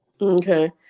Okay